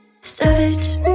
savage